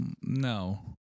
no